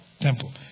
temple